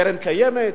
קרן קיימת,